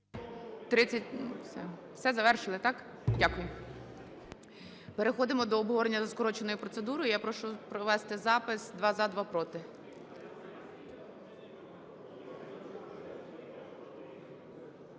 Все, завершили, так? Дякую. Переходимо до обговорення за скороченою процедурою. Я прошу провести запис: два – за, два – проти.